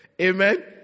Amen